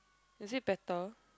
is it better